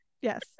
Yes